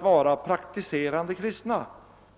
vara praktise rande kristna.